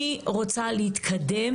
אני רוצה להתקדם.